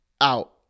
out